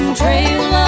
trail